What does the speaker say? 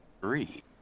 three